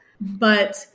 but-